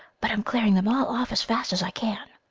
but i'm clearing them all off as fast as i can.